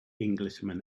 englishman